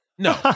No